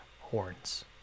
horns